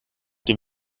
dem